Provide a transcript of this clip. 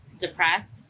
Depressed